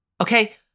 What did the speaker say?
Okay